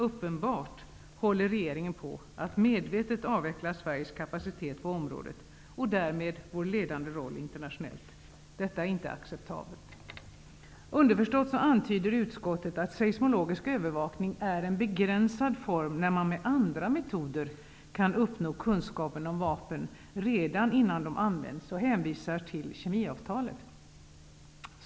Uppenbart håller regeringen på att medvetet avveckla Sveriges kapacitet på området och därmed vår ledande roll internationellt. Detta är inte acceptabelt. Underförstått antyder utskottet att seismologisk övervakning är en begränsad form, när man med andra metoder kan uppnå kunskapen om vapen redan innan de används, och hänvisar till kemiavtalet.